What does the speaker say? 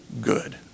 good